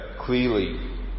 clearly